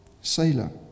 Sailor